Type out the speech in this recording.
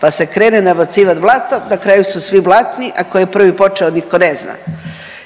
pa se krene nabacivati blatom, na kraju su svi blatni, a tko je prvi počeo nitko ne zna.